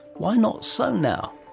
why not so now?